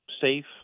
safe